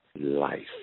life